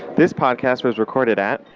this podcast was recorded at.